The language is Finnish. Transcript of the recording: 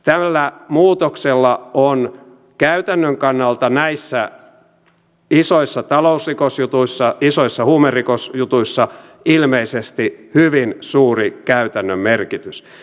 tällä muutoksella on käytännön kannalta näissä isoissa talousrikosjutuissa isoissa huumerikosjutuissa ilmeisesti hyvin suuri käytännön merkitys